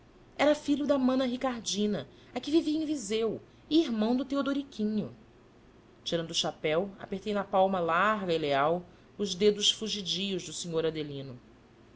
era filho da mana ricardina a que vivia em viseu e irmão do teodoriquinho tirando o chapéu apertei na palma larga e leal os dedos fugidios do senhor adelino